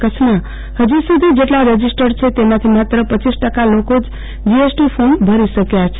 કચ્છમાં ફજી સુધી જેટલા રજીસ્ટર્ડ છે તેમાંથી માત્ર રપ ટકા જીએસટી ફોર્મ ભરી શક્યા છે